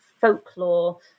folklore